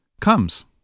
comes